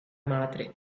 madre